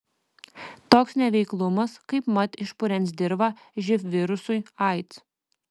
toks neveiklumas kaipmat išpurens dirvą živ virusui aids